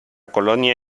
colonia